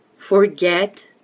Forget